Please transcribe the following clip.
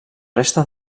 resta